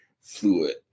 fluid